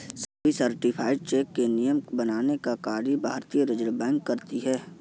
सभी certified cheque के नियम बनाने का कार्य भारतीय रिज़र्व बैंक करती है